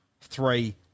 three